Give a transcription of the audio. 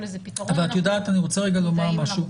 אבל את יודעת אני רוצה רגע לומר משהו,